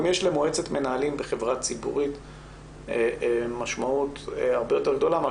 גם יש למועצת מנהלים בחברה ציבורית משמעות הרבה יותר גדולה לפעמים